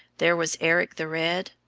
there was eric the red,